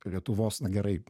lietuvos na gerai